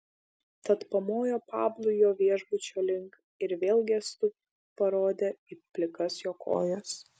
tad pamojo pablui jo viešbučio link ir vėl gestu parodė į plikas jo kojas